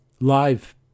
live